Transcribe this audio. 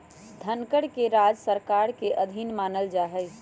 धनकर के राज्य सरकार के अधीन मानल जा हई